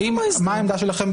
מה העמדה שלכם,